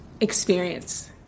experience